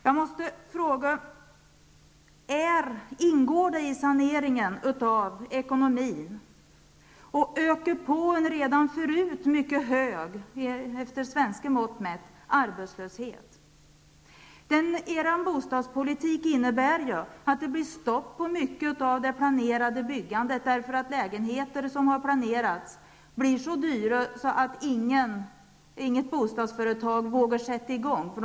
Jag måste fråga: Ingår det i saneringen av ekonomin att öka på en redan förut, med svenska mått mätt, mycket hög arbetslöshet? Er bostadspolitik innebär ju att det blir stopp på mycket av det planerade byggandet, därför att lägenheter som har planerats blir så dyra att inga bostadsföretag vågar sätta i gång att bygga.